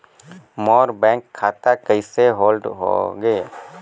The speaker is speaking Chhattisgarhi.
मोर बैंक खाता कइसे होल्ड होगे?